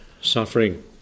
suffering